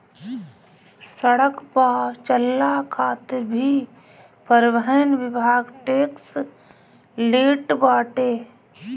सड़क पअ चलला खातिर भी परिवहन विभाग टेक्स लेट बाटे